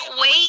wait